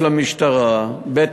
למשטרה, ב.